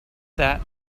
that